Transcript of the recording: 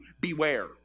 Beware